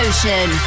Ocean